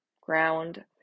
ground